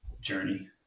journey